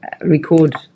record